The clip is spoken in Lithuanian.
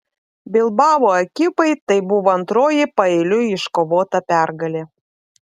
bilbao ekipai tai buvo antroji paeiliui iškovota pergalė